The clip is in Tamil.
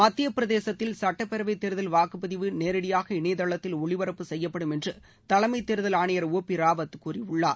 மத்தியப் பிரதேசத்தில் சுட்டப்பேரவை தேர்தல் வாக்குப்பதிவு நேரடியாக இணையதளத்தில் ஒளிப்பரப்பு செய்யப்படும் என்று தலைமை தேர்தல் ஆணையர் ஒ பி ராவத் கூறியுள்ளார்